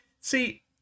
see